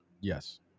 Yes